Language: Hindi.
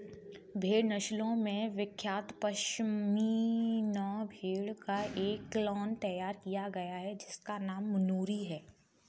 भेड़ नस्लों में विख्यात पश्मीना भेड़ का एक क्लोन तैयार किया गया है जिसका नाम नूरी है